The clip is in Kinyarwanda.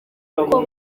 kuko